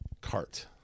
cart